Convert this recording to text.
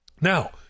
Now